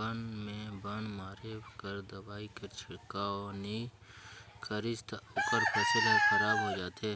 बन में बन मारे कर दवई कर छिड़काव नी करिस ता ओकर फसिल हर खराब होए जाथे